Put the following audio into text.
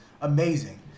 amazing